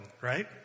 right